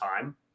time